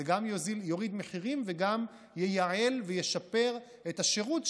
זה גם יוריד מחירים וגם ייעל וישפר את השירות,